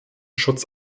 schutz